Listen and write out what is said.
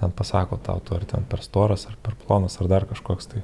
ten pasako tau tu ar ten per storas ar per plonas ar dar kažkoks tai